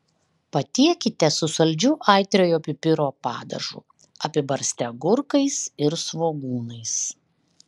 patiekite su saldžiu aitriojo pipiro padažu apibarstę agurkais ir svogūnais